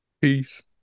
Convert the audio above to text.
Peace